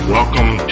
Welcome